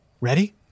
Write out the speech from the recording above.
Ready